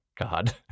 god